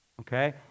Okay